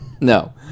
No